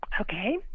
Okay